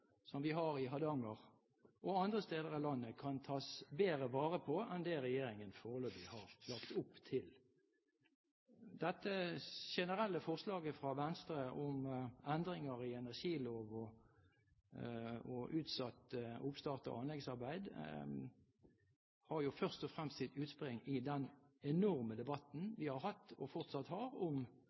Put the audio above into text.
som vi har i Hardanger og andre steder i landet, kan tas bedre vare på enn det regjeringen foreløpig har lagt opp til. Dette generelle forslaget fra Venstre om endringer i energilov og utsatt oppstart av anleggsarbeid har jo først og fremst sitt utspring i den enorme debatten vi har hatt og fortsatt har om